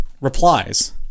replies